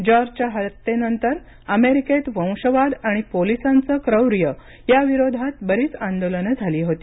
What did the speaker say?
जॉर्जच्या हत्येनंतर अमेरिकेत वंशवाद आणि पोलिसांचं क्रौर्य याविरोधात बरीच आंदोलनं झाली होती